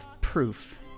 proof